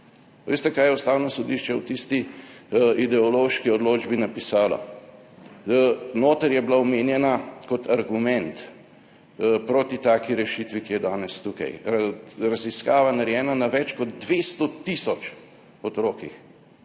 Veste, kaj je Ustavno sodišče v tisti ideološki odločbi napisalo? Noter, je bila omenjena kot argument proti taki rešitvi, ki je danes tukaj, raziskava narejena na več kot 200 tisoč otrocih,